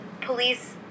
police